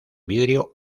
vidrio